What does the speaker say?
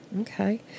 okay